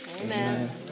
Amen